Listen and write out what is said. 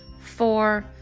Four